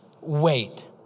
wait